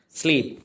sleep